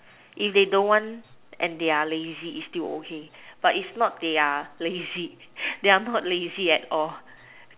if they don't want and they are lazy it's still okay but it's not they are lazy they are not lazy at all